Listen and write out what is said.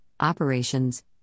operations